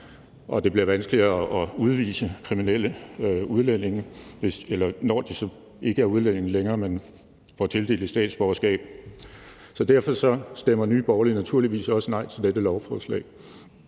og det bliver vanskeligere at udvise kriminelle udlændinge, når de så ikke er udlændinge længere, men får tildelt et statsborgerskab. Så derfor stemmer Nye Borgerlige naturligvis også nej til dette lovforslag,